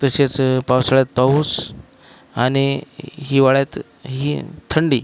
तसेच पावसाळ्यात पाऊस आणि हिवाळ्यात ही थंडी